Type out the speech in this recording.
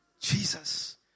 Jesus